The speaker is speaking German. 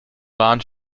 rahn